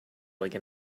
like